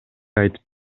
айтып